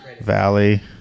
valley